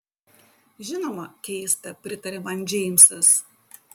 žinoma keista pritarė man džeimsas